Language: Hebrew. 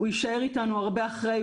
הוא יישאר איתנו הרבה אחרי,